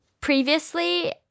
Previously